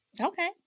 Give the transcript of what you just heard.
Okay